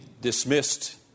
dismissed